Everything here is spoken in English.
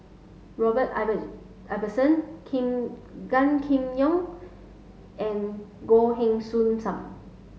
Robert Ibbetson Kim Gan Kim Yong and Goh Heng Soon Sam